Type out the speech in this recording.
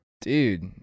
dude